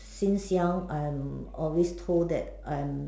since young I'm always told that I'm